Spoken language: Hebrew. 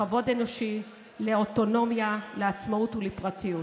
לכבוד אנושי, לאוטונומיה, לעצמאות ולפרטיות.